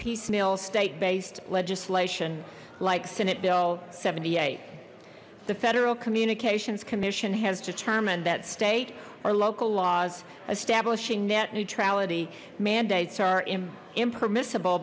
piecemeal state based legislation like senate bill seventy eight the federal communications commission has determined that state or local laws establishing net neutrality mandates are impermissible